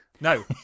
No